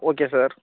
okay sir